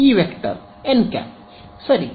N ಸರಿ